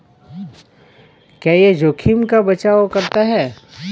क्या यह जोखिम का बचाओ करता है?